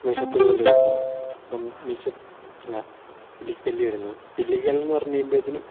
മീശപ്പുലിമല വരുന്നത് അപ്പം മീശ അല്ല ഇല്ലിക്കല്ല് വരുന്നത് ഇല്ലിക്കല്ല് എന്ന് പറഞ്ഞു കഴിയുമ്പോഴ്ത്തേനും